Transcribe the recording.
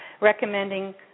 recommending